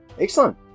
Excellent